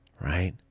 right